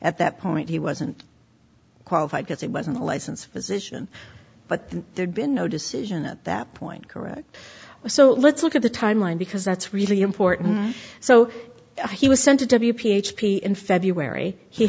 at that point he wasn't qualified because it wasn't a license physician but there'd been no decision at that point correct so let's look at the timeline because that's really important so he was sent to p h p in february he